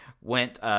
Went